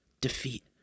defeat